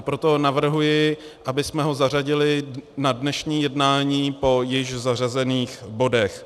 Proto navrhuji, abychom ho zařadili na dnešní jednání po již zařazených bodech.